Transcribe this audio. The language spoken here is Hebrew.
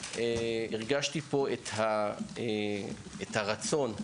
הרגשתי פה את הרצון,